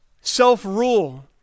self-rule